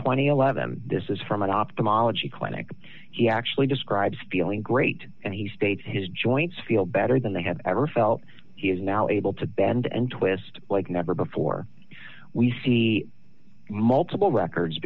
and eleven this is from an ophthalmologist clinic he actually describes feeling great and he states his joints feel better than they have ever felt he is now able to bend and twist like never before we see multiple records